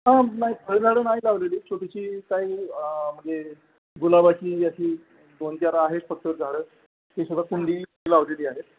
हां नाही फळझाडं नाही लावलेली छोटीशी काही म्हणजे गुलाबाची याची दोनचार आहेत फक्त झाडं ती सगळं कुंडी लावलेली आहे